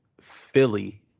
Philly